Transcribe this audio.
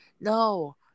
no